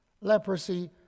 leprosy